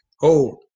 Hold